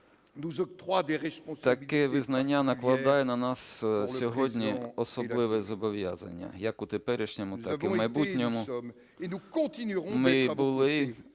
Таке визнання накладає на нас сьогодні особливі зобов'язання, як у теперішньому, так і в майбутньому. Ми були